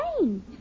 rain